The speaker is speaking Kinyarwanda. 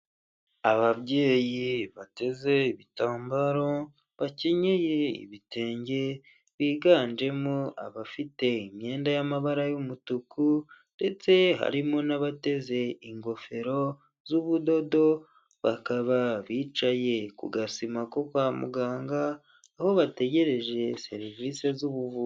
Ababyeyi bateze ibitambaro, bakenyeye ibitenge biganjemo abafite imyenda y'amabara y'umutuku ndetse harimo n'abateze ingofero z'ubudodo bakaba bicaye ku gasima ko kwa muganga aho bategereje serivisi z'ubuvuzi.